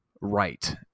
right